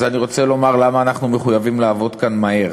אז אני רוצה לומר למה אנחנו מחויבים לעבוד כאן מהר.